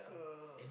yeah